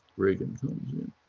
reagan comes in.